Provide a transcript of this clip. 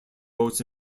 boats